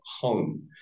home